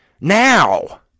Now